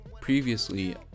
Previously